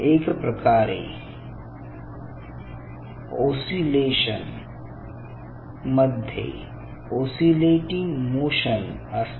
एक प्रकारे ओसीलेशन मध्ये ऑसीलेटिंग मोशन असते